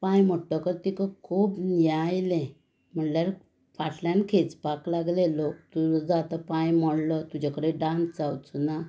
पांय मोडकच तिका खूब हें आयलें म्हणल्यार फाटल्यान खेचपाक लागले लोक तुजो आतां पांय मोडलो तुजे कडेन डांस जावचो ना